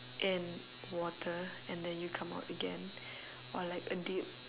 in water and then you come out again or like a dip